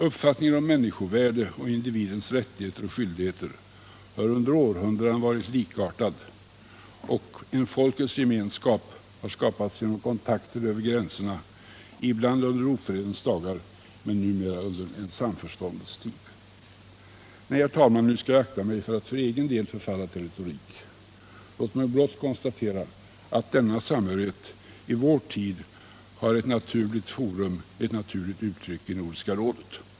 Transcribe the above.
Uppfattningen om människovärdet och individens rättigheter och skyldigheter har under århundraden varit likartad, och en folkets gemenskap har skapats genom kontakter över gränserna, ibland under ofredens dagar men numera under samförståndets tid. Nej, herr talman, nu får jag akta mig för att för egen del hemfalla till retorik. Låt mig blott konstatera att denna samstämmighet i vår tid har ett naturligt forum och uttryck i Nordiska rådet.